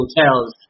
hotels